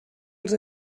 els